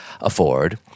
afford